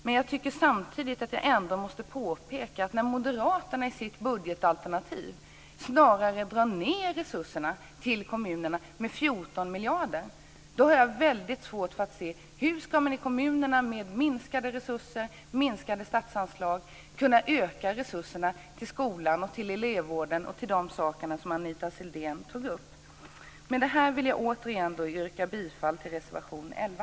Men jag tycker samtidigt att jag måste påpeka att när moderaterna i sitt budgetalternativ drar ned resurserna till kommunerna med 14 miljarder har jag väldigt svårt att se hur man i kommunerna med minskade resurser, minskade statsanslag, ska kunna öka resurserna till skolan, elevvården och de saker som Anita Sidén tog upp. Med detta vill jag återigen yrka bifall till reservation 11.